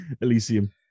Elysium